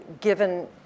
given